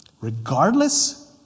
Regardless